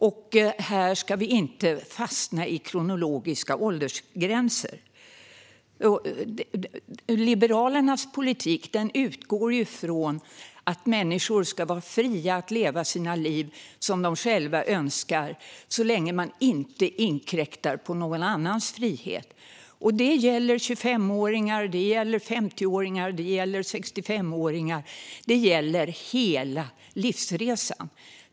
Vi ska inte fastna i kronologiska åldersgränser. Liberalernas politik utgår från att människor ska vara fria att leva sina liv som de själva önskar, så länge man inte inkräktar på någon annans frihet. Det gäller 25-åringar, det gäller 50-åringar och det gäller 65-åringar. Det gäller hela livsresan.